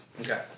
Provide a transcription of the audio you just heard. Okay